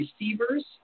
receivers